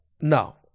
No